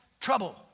trouble